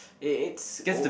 it it's O